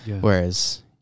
whereas